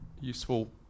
useful